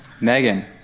Megan